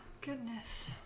goodness